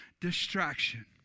distraction